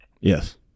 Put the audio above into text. Yes